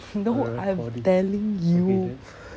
no I am telling you